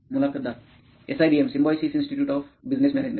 मुलाखतदार SIBM Symbiosis Institute of Business management